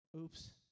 oops